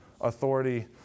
authority